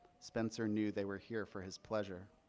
spencer knew they were here for his pleasure.